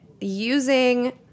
using